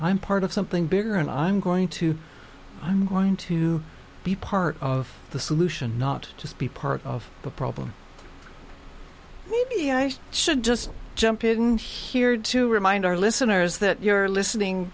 i'm part of something bigger and i'm going to i'm going to be part of the solution not just be part of the problem maybe i should just jump in here to remind our listeners that you're listening